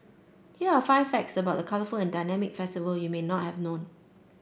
here are five facts about the colourful and dynamic festival you may not have known